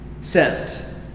sent